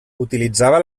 utilitzava